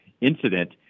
incident